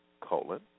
colon